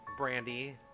Brandy